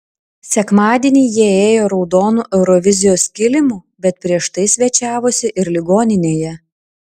sekmadienį jie ėjo raudonu eurovizijos kilimu bet prieš tai svečiavosi ir ligoninėje